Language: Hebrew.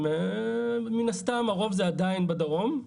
מן הסתם, הרוב עדיין בדרום,